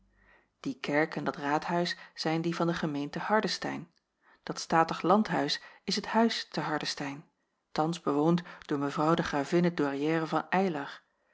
die kerk en dat raadhuis zijn die van de gemeente hardestein dat statig landhuis is het huis te hardestein thans bewoond door mevrouw de gravinne douairière van